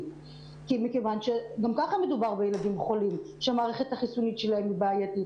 כי גם כך מדובר בילדים חולים שהמערכת החיסונית שלהם בעייתית,